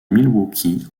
milwaukee